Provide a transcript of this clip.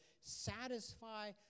satisfy